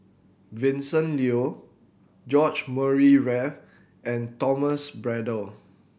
Vincent Leow George Murray Reith and Thomas Braddell